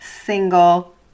single